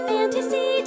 Fantasy